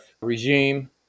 regime